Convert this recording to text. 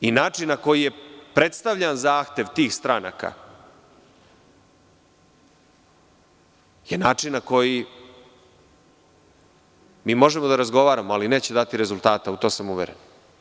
Način na koji je predstavljan zahtev tih stranaka, je način na koji, mi možemo da razgovaramo, ali neće dati rezultata, u to sam uveren.